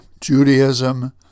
Judaism